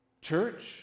Church